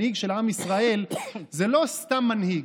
מנהיג של עם ישראל זה לא סתם מנהיג,